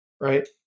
right